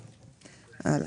טוב, הלאה.